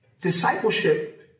Discipleship